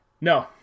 No